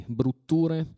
brutture